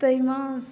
ताहिमे